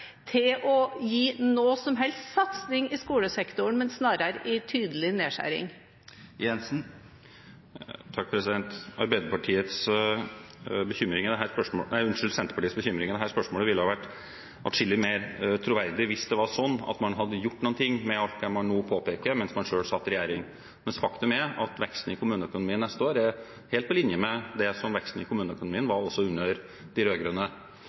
til å gi noe som helst satsing i skolesektoren, men snarere en tydelig nedskjæring? Senterpartiets bekymring i dette spørsmålet ville ha vært atskillig mer troverdig hvis det var sånn at man hadde gjort noe med alt det man nå påpeker, mens man selv satt i regjering. Men faktum er at veksten i kommuneøkonomien neste år er helt på linje med det som veksten i kommuneøkonomien var under de